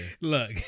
Look